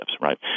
right